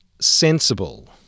sensible